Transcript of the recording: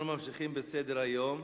אנחנו ממשיכים בסדר-היום: